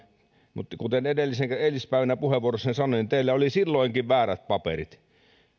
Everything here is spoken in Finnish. mutta kuten eilispäivänä puheenvuorossani sanoin teillä oli silloinkin väärät paperit